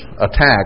attack